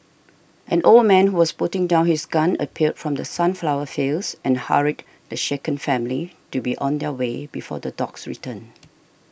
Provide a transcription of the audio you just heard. an old man who was putting down his gun appeared from the sunflower fields and hurried the shaken family to be on their way before the dogs return